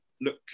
look